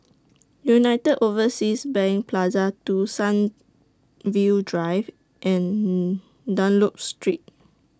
United Overseas Bank Plaza two Sunview Drive and Dunlop Street